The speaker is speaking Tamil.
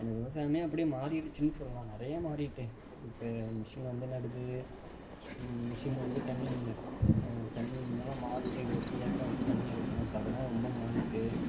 அந்த விவசாயமே அப்படியே மாறிடிச்சுனு சொல்லலாம் நிறையா மாறிட்டு இப்போ மிஷினு வந்து நடுது மிஷினு வந்து தண்ணி தண்ணி முன்னலாம் மாட்டு வச்சு ஏற்றம் வச்சு தண்ணி இரைப்போம் இப்போ அதெல்லாம் ரொம்ப மாறிட்டு